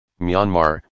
Myanmar